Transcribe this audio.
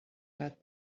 got